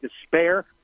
despair